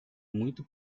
muito